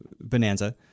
Bonanza